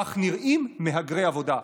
כך נראים מהגרי עבודה,